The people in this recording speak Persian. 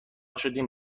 شدیم